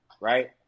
Right